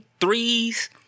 threes